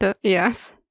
yes